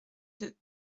deux